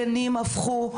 הגנים הפכו,